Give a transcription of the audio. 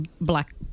black